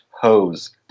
hose